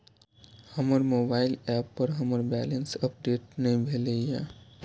हमर mobile app पर हमर बैलेंस अपडेट ने भेल या